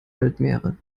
weltmeere